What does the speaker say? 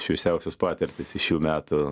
šviesiausios patirtys iš šių metų